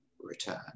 return